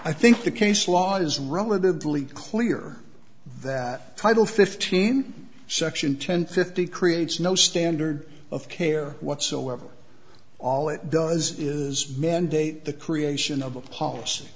i think the case law is relatively clear that title fifteen section ten fifty creates no standard of care whatsoever all it does is mandate the creation of a policy